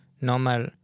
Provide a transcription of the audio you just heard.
normal